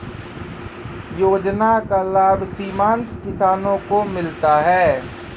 योजना का लाभ सीमांत किसानों को मिलता हैं?